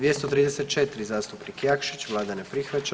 234. zastupnik Jakšić, Vlada ne prihvaća.